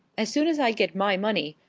as soon as i get my money,